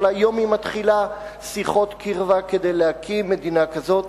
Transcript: אבל היום היא מתחילה שיחות קרבה כדי להקים מדינה כזאת.